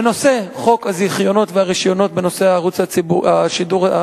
בנושא חוק הזיכיונות והרשיונות בשידור המסחרי,